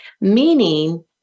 meaning